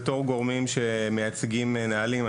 כגורמים שמייצגים נהלים,